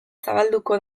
zabalduko